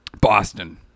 Boston